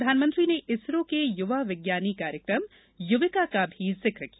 प्रधानमंत्री ने इसरो के युवा विज्ञानी कार्यक्रम युविका का भी जिक किया